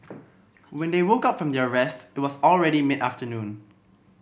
when they woke up from their rest it was already mid afternoon